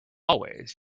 always